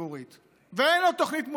בתקציבי החינוך והרווחה ואולי גם בזה וגם